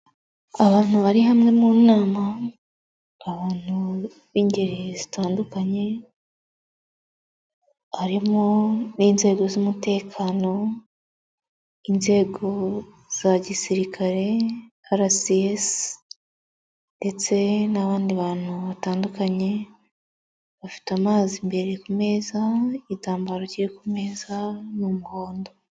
Abantu bari hamwe mu nama, abantu b'ingeri zitandukanye. Harimo n'inzego z'umutekano, inzego za gisirikare RCS ndetse n'abandi bantu batandukanye. Bafite amazi imbere ku meza, igitambaro kiri ku meza ni umuhondo.